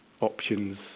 options